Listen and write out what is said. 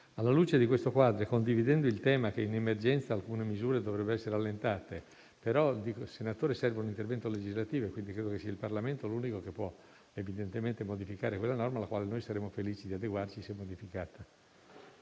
Alla luce di questo quadro, condivido il tema che in emergenza alcune misure dovrebbe essere allentate, ma ritengo, senatore Cangini, che serva un intervento legislativo e credo che sia il Parlamento l'unico organo che può evidentemente modificare quella norma, alla quale saremo felici di adeguarci, se modificata.